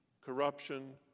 corruption